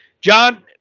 John